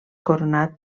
coronat